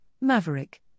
Maverick